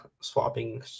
swapping